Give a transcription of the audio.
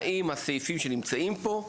האם הסעיפים שנמצאים פה,